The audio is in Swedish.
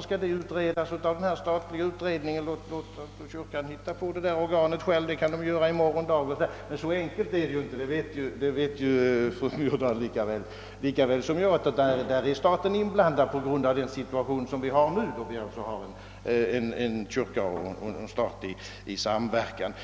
skall undersökas av en statlig utredning och inte en utredning inom kyrkan. Låt kyrkan själv få utforma detta organ — det kan den göra redan i morgon dag. Så enkelt är det emellertid inte, det vet fru Myrdal lika väl som jag, i den nuvarande situationen med kyrka och stat i samverkan.